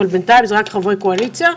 אבל בינתיים זה רק חברי קואליציה.